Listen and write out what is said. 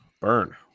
Burn